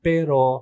Pero